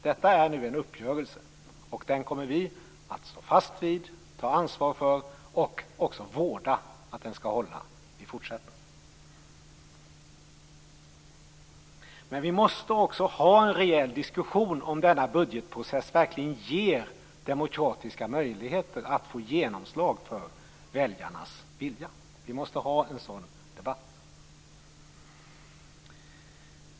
Detta är nu en uppgörelse. Den kommer vi att stå fast vid, ta ansvar för och vårda att den skall hålla i fortsättningen. Vi måste ha en rejäl diskussion om denna budgetprocess verkligen ger demokratiska möjligheter att få genomslag för väljarnas vilja. Vi måste ha en sådan debatt.